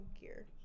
gear